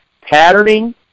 Patterning